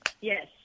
Yes